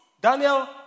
Daniel